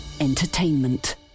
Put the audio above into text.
Entertainment